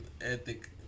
ethic